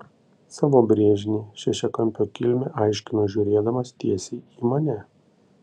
savo brėžinį šešiakampio kilmę aiškino žiūrėdamas tiesiai į mane